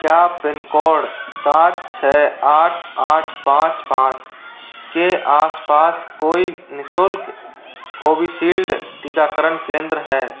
क्या pin code सात छह आठ आठ पाँच पाँच के आसपास कोई निशुल्क कोविशील्ड टीकाकरण केंद्र है